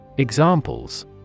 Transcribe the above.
Examples